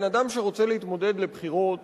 בן-אדם שרוצה להתמודד בבחירות